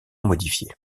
modifiés